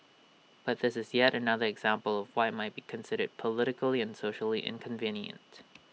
but this is yet another example of what might be considered politically and socially inconvenient